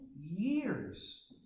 years